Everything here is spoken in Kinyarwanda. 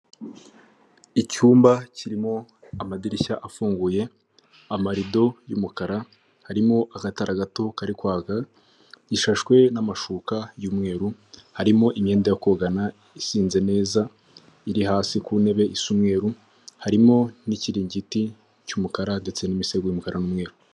Icyumba kirimo amadirishya afunguye amarido y'umukara harimo agatara gato karikka gishashwe n'amashuka y'umweru harimo imyenda yo kogana isinze neza iri hasi ku ntebe y'umweru harimo n'ikiringiti cy'umukara ndetse n'imsego y'umukara n'umweru.